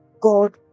God